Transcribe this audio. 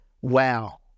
wow